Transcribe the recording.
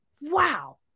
wow